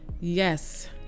yes